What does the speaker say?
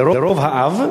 לרוב האב,